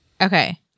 Okay